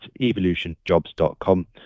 evolutionjobs.com